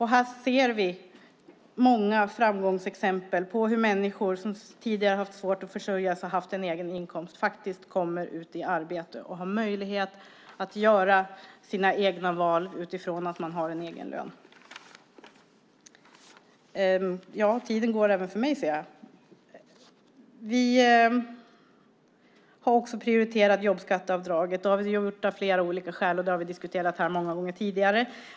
Här ser vi många framgångsexempel på hur människor som tidigare har haft svårt att försörja sig och få en egen inkomst faktiskt kommer ut i arbete och har möjlighet att göra sina egna val utifrån att de har en egen lön. Vi har också prioriterat jobbskatteavdraget. Det har vi gjort av flera olika skäl, och det har vi diskuterat många gånger tidigare.